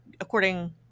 according